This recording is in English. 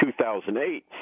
2008